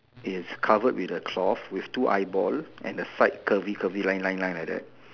is covered with a cloth with two eyeball and the side curvy curvy line line line like that